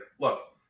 look